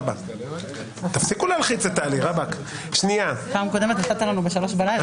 כי בעוד שנייה אני